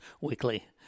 weekly